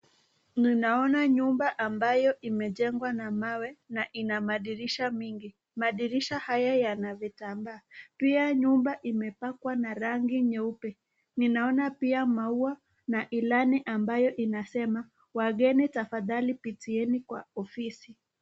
Ninaona nyumba ambayo imejengwa na mawe na ina madirisha mingi. Madirisha haya yana vitambaa. Pia nyumba imepakwa na rangi nyeupe. Ninaona pia maua na ilani amnbayo inasema: Wageni tafadhali pitieni kwa ofisi.